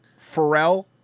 Pharrell